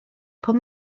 pob